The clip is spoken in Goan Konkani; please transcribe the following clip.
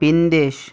बिंदेश